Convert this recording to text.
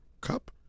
Cup